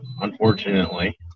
unfortunately